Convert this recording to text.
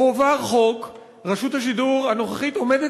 הועבר חוק, רשות השידור הנוכחית עומדת